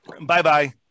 Bye-bye